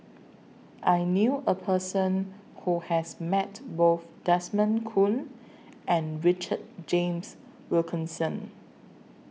I knew A Person Who has Met Both Desmond Kon and Richard James Wilkinson